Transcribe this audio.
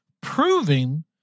proving